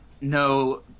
no